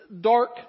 dark